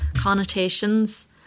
connotations